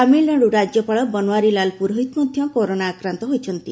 ତାମିଲ୍ନାଡୁ ରାଜ୍ୟପାଳ ବନୱାରି ଲାଲ୍ ପୁରୋହିତ ମଧ୍ୟ କରୋନା ଆକ୍ରାନ୍ତ ହୋଇଛନ୍ତି